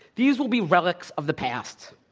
these will be relics of the past.